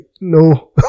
no